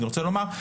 אני רוצה לומר,